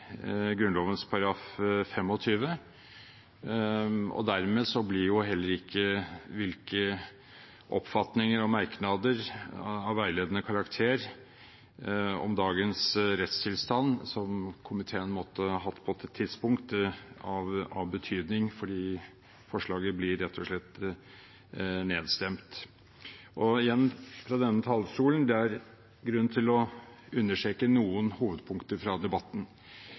Dermed blir jo heller ikke hvilke oppfatninger og merknader av veiledende karakter om dagens rettstilstand som komiteen måtte ha hatt på et tidspunkt, av betydning, fordi forslaget rett og slett blir nedstemt. Igjen, fra denne talerstolen: Det er grunn til å understreke noen hovedpunkter fra debatten.